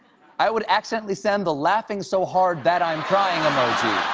i would accidentally send the laughing so hard that i'm crying emoji.